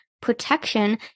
protection